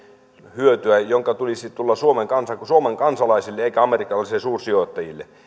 hyötyä jonka tulisi tulla suomen kansalaisille eikä amerikkalaisille suursijoittajille